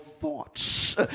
thoughts